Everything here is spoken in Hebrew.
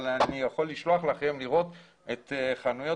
אבל אני יכול לשלוח לכם לראות את חנויות